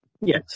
Yes